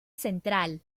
central